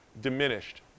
diminished